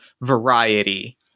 variety